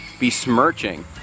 besmirching